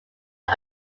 run